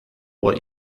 what